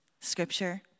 scripture